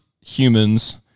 humans